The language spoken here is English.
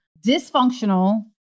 dysfunctional